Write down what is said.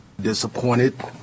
Disappointed